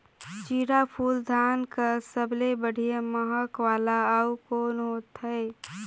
जीराफुल धान कस सबले बढ़िया महक वाला अउ कोन होथै?